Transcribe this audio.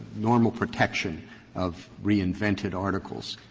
normal protection of reinvented articles.